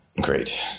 great